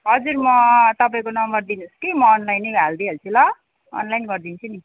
हजुर म तपाईँको नम्बर दिनुहोस् कि म अनलाइनै हालिदिई हाल्छु ल अनलाइन गरिदिन्छु नि